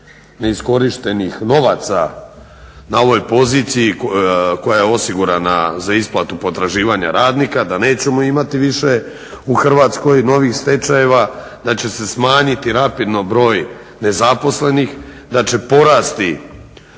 neiskorištenih novaca na ovoj poziciji koja je osigurana za isplatu potraživanja radnika, da nećemo imati više u Hrvatskoj novih stečajeva, da će se smanjiti rapidno broj nezaposlenih, da će porasti